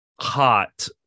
hot